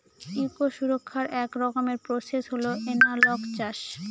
eco সুরক্ষার এক রকমের প্রসেস হল এনালগ চাষ